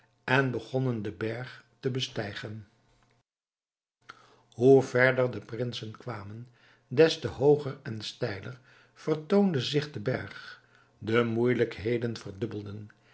en begonnnen den berg te bestijgen hoe verder de prinsen kwamen des te hooger en steiler vertoonde zich de berg de moeijelijkheden verdubbelden